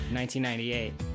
1998